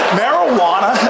marijuana